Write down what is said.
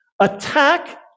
Attack